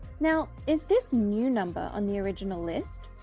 now is this new number on the original list?